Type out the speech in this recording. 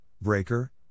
Breaker